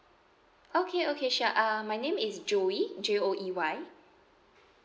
okay okay sure uh my name is joey J O E Y